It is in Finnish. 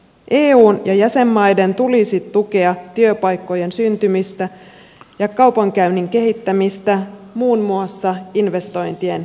eun ja jäsenmaiden tulisi tukea työpaikkojen syntymistä ja kaupankäynnin kehittämistä muun muassa investointien kautta